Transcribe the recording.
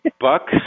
buck